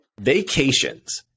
Vacations